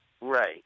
Right